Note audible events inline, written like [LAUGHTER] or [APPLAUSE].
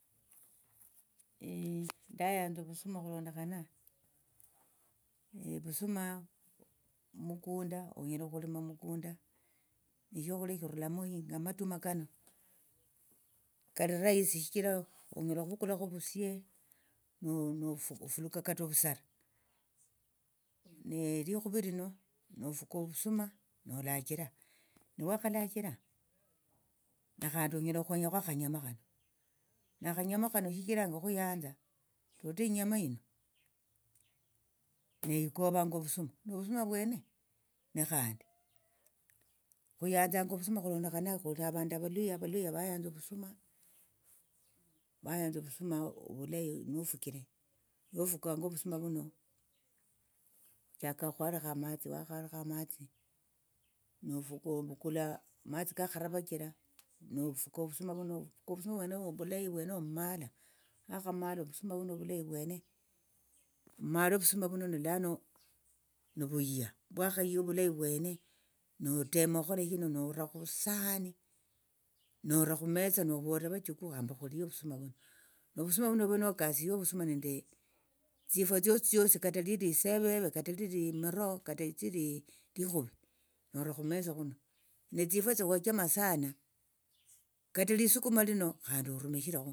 [HESITATION] ndayanza ovusuma okhulondakhana ovusuma mukunda onyala okhulima mukunda ne shokhulia shirulamo shinga amatuma kano kali rahisi shichira onyala khuvukulakho ovusie [HESITATION] nofu ofuluka kata ovusara [HESITATION] likhuvi lino nofuka ovusuma nolachira newakhalachira nakhandi onyala okhwenyakho akhanyama khano nakhanyama khano shichiranga khuyanza toto inyama yino ne ikovango ovusuma novusuma vwene ne khandi khuyanzanga ovusuma khulondkhana khuli avandu avaluhya avaluhya vayanza ovusuma vayanza vayanza ovusuma ovulayi nofuchire nofukanga ovusuma vuno chaka okhwalikha amtsi wakhalikha amatsi nofuka ovukula amatsi kakharavachira nofuka ovusuma vuno ofuka vusuma vwene ovo ovulayi omaala wakhamala ovusuma vuno ovulayi vwene omale ovusuma vuno nilano nivuyia vwakhayia ovulayi vwene notema okhukhola shina nora khusahani nora khumesa novolera vachukuu hamba khulie vusuma vuno novusuma vuno ove nokasie ovusuma nende tsifwa tsiosi tsiosi kata lili liseveve kata lili emiroo kata tsili likhuvi nora khumesa netsifwa tsiawachama sana kata lisukuma lino khandi orumisherekho.